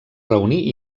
reunir